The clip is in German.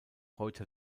heute